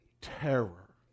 terror